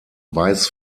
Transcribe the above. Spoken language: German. weiß